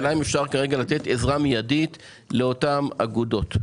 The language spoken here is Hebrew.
האלה אם כרגע אפשר לתת עזרה מיידית לאותן אגודות.